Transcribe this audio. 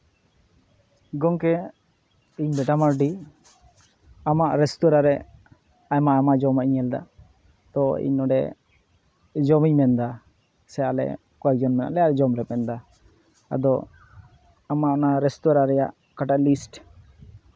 ᱜᱚᱢᱠᱮ ᱤᱧ ᱵᱮᱴᱟ ᱢᱟᱨᱰᱤ ᱟᱢᱟᱜ ᱨᱮᱥᱛᱳᱨᱟ ᱨᱮ ᱟᱭᱢᱟ ᱟᱭᱢᱟ ᱡᱚᱢᱟᱜ ᱤᱧ ᱧᱮᱞ ᱮᱫᱟ ᱛᱚ ᱤᱧ ᱱᱚᱸᱰᱮ ᱡᱚᱢᱤᱧ ᱢᱮᱱ ᱮᱫᱟ ᱥᱮ ᱟᱞᱮ ᱠᱚᱭᱮᱠ ᱡᱚᱱ ᱢᱮᱱᱟᱜ ᱞᱮᱭᱟ ᱡᱚᱢ ᱞᱮ ᱢᱮᱱ ᱮᱫᱟ ᱟᱫᱚ ᱟᱢᱟᱜ ᱚᱱᱟ ᱨᱮᱥᱛᱳᱨᱟ ᱨᱮᱭᱟᱜ ᱚᱠᱟᱴᱟᱜ ᱞᱤᱥᱴ